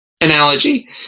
analogy